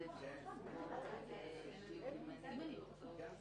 אני כבר